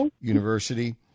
University